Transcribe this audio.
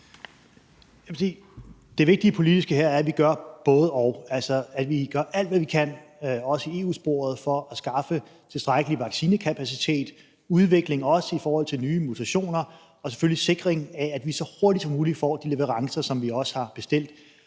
at vi gør både-og, altså at vi gør alt, hvad vi kan, også i forbindelse med EU-sporet, for at skaffe tilstrækkelig vaccinekapacitet, for at udvikle i forhold til nye mutationer og selvfølgelig for at sikre, at vi så hurtigt som muligt får de leverancer, som vi også har bestilt,